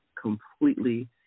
completely